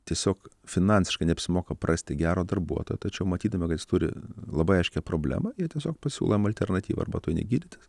tiesiog finansiškai neapsimoka prasti gero darbuotojo tačiau matydami kad jis turi labai aiškią problemą jie tiesiog pasiūlo jam alternatyvą arba tu eini gydytis